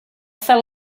fell